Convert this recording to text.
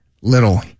Little